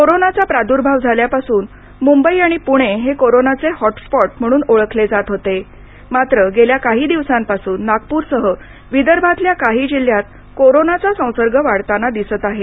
कोरोनाचा प्रादूर्भाव झाल्यापासून मुंबई आणि पुणे हे कोरोनाचे हॉटस्पॉट म्हणून ओळखले जात होते मात्र गेल्या काही दिवसांपासून नागपूरसह विदर्भातल्या काही जिल्ह्यात कोरोनाचा संसर्ग वाढताना दिसत आहे